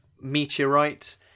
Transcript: meteorite